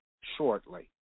shortly